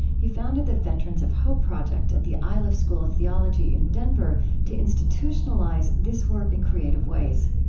he founded the veterans of hope project at the iliff school of theology in denver to institutionalize this work in creative ways.